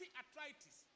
arthritis